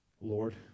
Lord